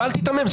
ואל תיתמם.